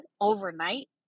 overnight